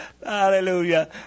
Hallelujah